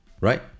right